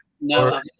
No